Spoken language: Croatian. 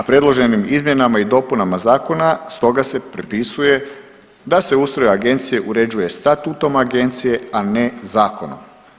predloženim izmjenama i dopunama zakona stoga se propisuje da se ustroj agencije uređuje Statutom agencije, a ne zakonom.